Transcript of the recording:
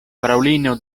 fraŭlino